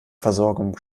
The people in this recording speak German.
versorgung